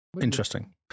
Interesting